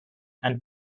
and